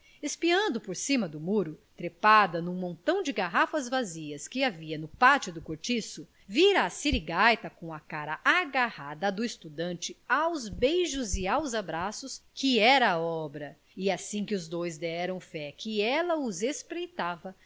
espiando por cima do muro trepada num montão de garrafas vazias que havia no pátio do cortiço vira a sirigaita com a cara agarrada à do estudante aos beijos e aos abraços que era obra e assim que os dois deram fé que ela os espreitava